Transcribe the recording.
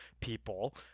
people